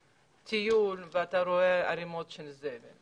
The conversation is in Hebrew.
זה לא אותו דבר, אל תשוו אותנו עם